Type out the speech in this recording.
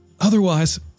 Otherwise